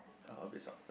uh a bit softer